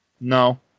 no